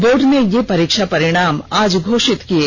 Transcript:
board ने यह परीक्षा परिणाम आज घोषित किये